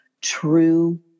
true